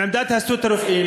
עם עמדת הסתדרות הרופאים,